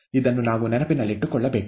ಇದನ್ನು ನಾವು ನೆನಪಿನಲ್ಲಿಟ್ಟುಕೊಳ್ಳಬೇಕು